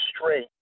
straight